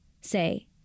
say